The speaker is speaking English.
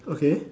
okay